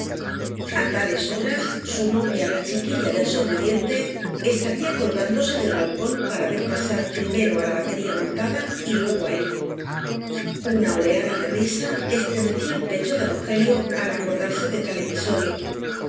a tales horas su novia la chiquilla del sobrediente estaría colgándose del balcón para ver pasar primero á la batería montada y luego á él una oleada de risa estremeció el pecho de rogelio al acordarse de tal episodio